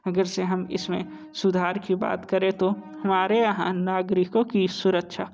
अगर जैसे हम इसमें सुधार की बात करें तो हमारे यहाँ नागरिकों की सुरक्षा